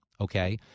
okay